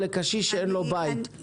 או לקשיש שאין לו בית,